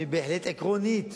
עקרונית